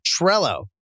Trello